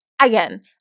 again